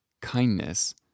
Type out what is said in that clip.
kindness